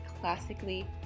classically